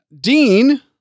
Dean